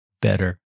better